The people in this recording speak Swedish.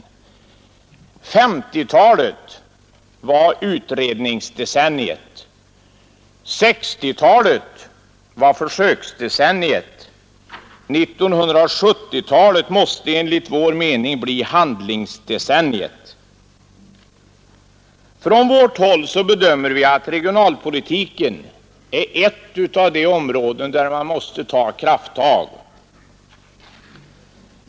1950-talet var utredningsdecenniet. 1960-talet var försöksdecenniet. 1970-talet måste enligt vår mening bli handlingsdecenniet. Från vårt håll bedömer vi att regionalpolitiken är ett av de områden där man måste ta krafttag.